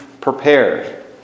prepared